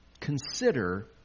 consider